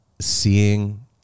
seeing